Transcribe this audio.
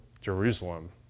Jerusalem